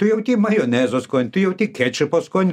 tu jauti majonezo skonį tu jauti kečupo skonį